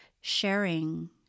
sharing